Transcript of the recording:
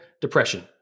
depression